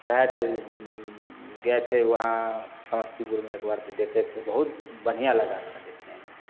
गए थे गए थे वहाँ समस्तीपुर में एक बार तो देखे थे बहुत बढ़िया लगा था देखने में